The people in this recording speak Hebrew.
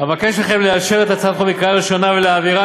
אבקש מכם לאשר אותה בקריאה ראשונה ולהעבירה